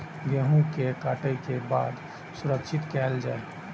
गेहूँ के काटे के बाद सुरक्षित कायल जाय?